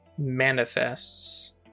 Manifests